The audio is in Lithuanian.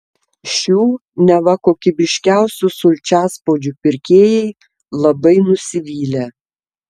šių neva kokybiškiausių sulčiaspaudžių pirkėjai labai nusivylę